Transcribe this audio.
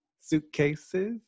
suitcases